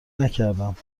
نکردم